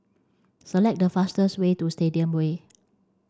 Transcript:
select the fastest way to Stadium Way